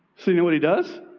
so you know what he does?